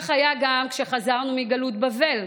כך היה גם כשחזרנו מגלות בבל,